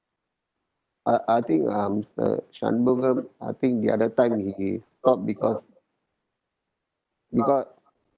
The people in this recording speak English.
I I think um mister shanmugam I think the other time he stop because because